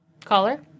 Caller